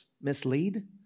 mislead